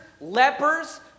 lepers